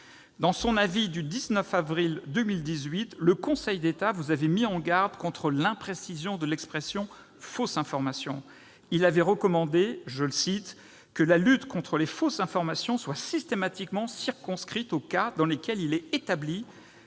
Dans son avis du 19 avril dernier, le Conseil d'État vous avait mis en garde contre l'imprécision de l'expression « fausse information ». Il avait recommandé que « la lutte contre les fausses informations soit systématiquement circonscrite aux cas dans lesquels il est établi